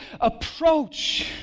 approach